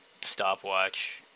Stopwatch